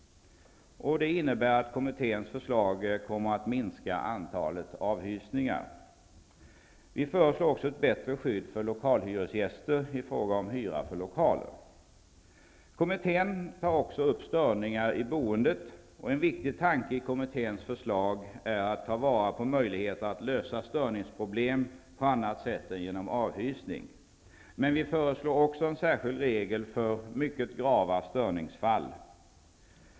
Genom kommitténs förslag minskas antalet avhysningar. Vi föreslår också ett bättre skydd för lokalhyresgäster i fråga om hyra av lokaler. Kommittén tar också upp störningar i boendet. En viktig tanke i kommitténs förslag är att ta vara på möjligheter att lösa störningsproblem på annat sätt än genom avhysning. Men vi förslår också en särskild regel för mycket grava störningsfall.